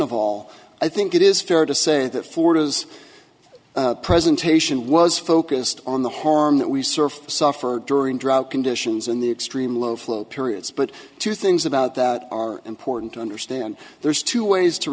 of all i think it is fair to say that for those presentation was focused on the harm that we surf suffered during drought conditions in the extreme low flow periods but two things about that are important to understand there's two ways to